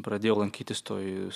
pradėjau lankytis toj